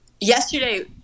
Yesterday